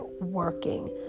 working